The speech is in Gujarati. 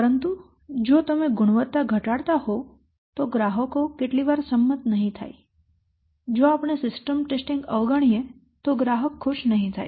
પરંતુ જો તમે ગુણવત્તા ઘટાડતા હોવ તો ગ્રાહકો કેટલીકવાર સંમત નહી થાય જો આપણે સિસ્ટમ ટેસ્ટિંગ અવગણીએ તો ગ્રાહક ખુશ નહીં થાય